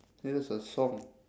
!hey! that's a song